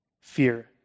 fear